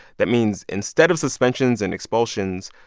that means, instead of suspensions and expulsions,